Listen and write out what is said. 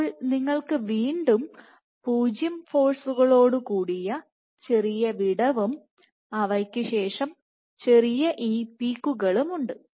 ഇപ്പോൾ നിങ്ങൾക്ക് വീണ്ടും 0 ഫോഴ്സുകൾ ഓട് കൂടിയ ചെറിയ വിടവും അവയ്ക്ക് ശേഷം ചെറിയ ഈ പീക്കുകളും ഉണ്ട്